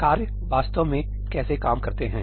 कार्य वास्तव में कैसे काम करते हैं